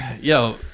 Yo